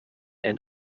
and